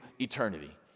eternity